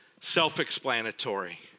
Self-explanatory